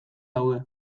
daude